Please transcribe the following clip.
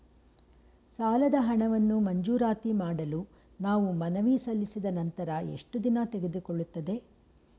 ಸಾಲದ ಹಣವನ್ನು ಮಂಜೂರಾತಿ ಮಾಡಲು ನಾವು ಮನವಿ ಸಲ್ಲಿಸಿದ ನಂತರ ಎಷ್ಟು ದಿನ ತೆಗೆದುಕೊಳ್ಳುತ್ತದೆ?